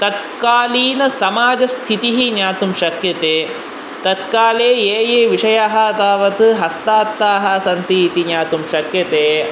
तत्कालीन समाजस्थितिः ज्ञातुं शक्यते तत्काले ये ये विषयाः तावत् हस्तात्ताः सन्ति इति ज्ञातुं शक्यते